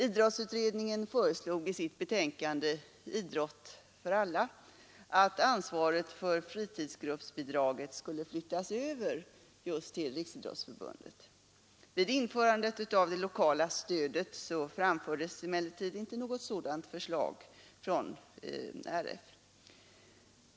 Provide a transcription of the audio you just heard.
Idrottsutredningen föreslog i sitt betänkande Idrott för alla att ansvaret för fritidsgruppsbidraget skulle flyttas över just till Riksidrottsförbundet. Vid införandet av det lokala stödet framfördes emellertid inte något sådant förslag från Riksidrottsförbundet.